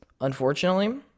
unfortunately